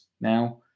now